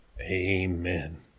Amen